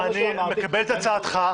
אני מקבל את הצעתך.